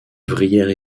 ouvrière